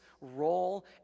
role